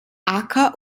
acker